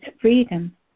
freedom